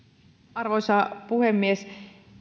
arvoisa puhemies